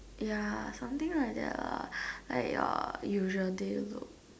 ya something like that lah ya usual bro